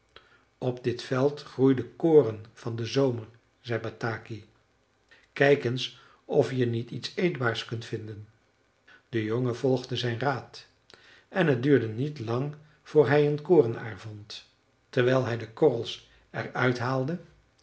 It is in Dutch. op dit veld groeide koren van den zomer zei bataki kijk eens of je niet iets eetbaars kunt vinden de jongen volgde zijn raad en het duurde niet lang voor hij een korenaar vond terwijl hij de korrels eruit haalde